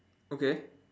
okay